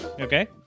Okay